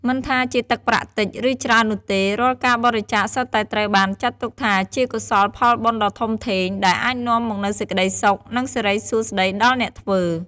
មិនថាជាទឹកប្រាក់តិច ឬច្រើននោះទេ រាល់ការបរិច្ចាគសុទ្ធតែត្រូវបានចាត់ទុកថាជាកុសលផលបុណ្យដ៏ធំធេង ដែលអាចនាំមកនូវសេចក្តីសុខ និងសិរីសួស្តីដល់អ្នកធ្វើ។